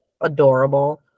adorable